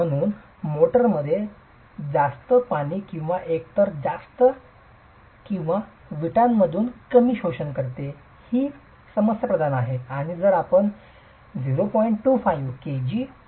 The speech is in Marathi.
म्हणून मोर्टारमध्ये जास्त पाणी किंवा एकतर जास्त पाणी किंवा वीटातून कमी शोषण करणे ही समस्याप्रधान आहे आणि जर आपण 0